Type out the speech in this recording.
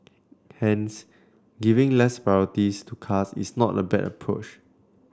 hence giving less priorities to cars is not a bad push